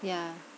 ya